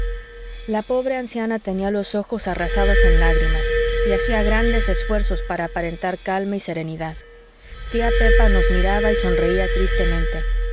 la pobre anciana tenía los ojos arrasados en lágrimas y hacía grandes esfuerzos para aparentar calma y serenidad tía pepa nos miraba y sonreía tristemente